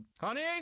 honey